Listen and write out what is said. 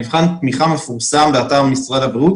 מבחן התמיכה מפורסם באתר משרד הבריאות,